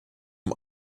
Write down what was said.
vom